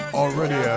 already